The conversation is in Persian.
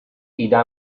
ایده